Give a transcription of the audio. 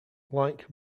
like